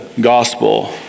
gospel